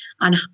on